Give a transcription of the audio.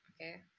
okay